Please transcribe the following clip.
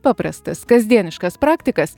paprastas kasdieniškas praktikas